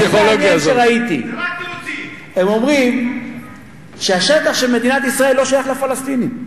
הם אומרים שהשטח של מדינת ישראל לא שייך לפלסטינים.